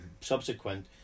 subsequent